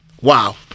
wow